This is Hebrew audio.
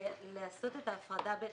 לעשות את ההפרדה.